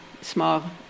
small